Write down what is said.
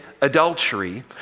adultery